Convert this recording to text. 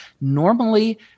normally